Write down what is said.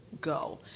go